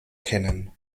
kennen